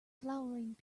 flowering